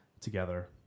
together